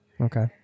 okay